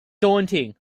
daunting